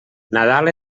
nadal